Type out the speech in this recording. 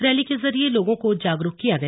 rally के जरिए लोगों को जागरूक किया गया